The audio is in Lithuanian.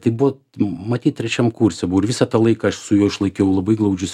tai buvo matyt trečiam kurse buvo ir visą tą laiką aš su juo išlaikiau labai glaudžius